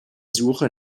suche